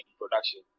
production